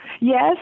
Yes